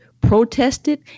protested